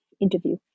interview